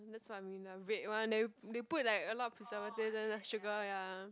that's what I mean the red one they lah they put like a lot of preservatives then the sugar ya